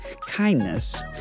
kindness